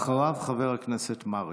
אחריו, חבר הכנסת מרעי.